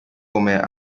come